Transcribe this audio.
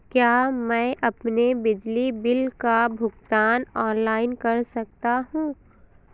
क्या मैं अपने बिजली बिल का भुगतान ऑनलाइन कर सकता हूँ?